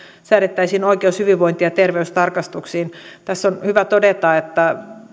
säädettäisiin oikeus hyvinvointi ja terveystarkastuksiin tässä on hyvä todeta että